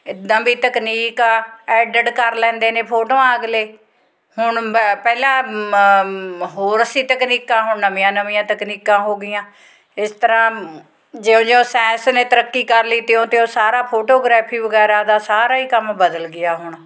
ਇੱਦਾਂ ਵੀ ਤਕਨੀਕ ਆ ਐਡਿਡ ਕਰ ਲੈਂਦੇ ਨੇ ਫੋਟੋਆਂ ਅਗਲੇ ਹੁਣ ਬ ਪਹਿਲਾਂ ਮ ਹੋਰ ਸੀ ਤਕਨੀਕਾਂ ਹੁਣ ਨਵੀਆਂ ਨਵੀਆਂ ਤਕਨੀਕਾਂ ਹੋ ਗਈਆਂ ਇਸ ਤਰ੍ਹਾਂ ਜਿਉਂ ਜਿਉਂ ਸਾਇੰਸ ਨੇ ਤਰੱਕੀ ਕਰ ਲਈ ਤਿਉਂ ਤਿਉਂ ਸਾਰਾ ਫੋਟੋਗ੍ਰੈਫੀ ਵਗੈਰਾ ਦਾ ਸਾਰਾ ਹੀ ਕੰਮ ਬਦਲ ਗਿਆ ਹੁਣ